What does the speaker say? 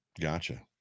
Gotcha